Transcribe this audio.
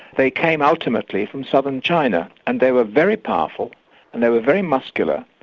they came ultimately from southern china, and they were very powerful and they were very muscular,